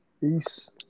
Peace